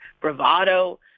bravado